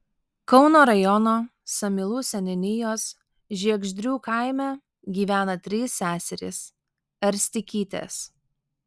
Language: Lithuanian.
kauno rajono samylų seniūnijos žiegždrių kaime gyvena trys seserys erstikytės